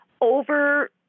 over